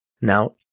Now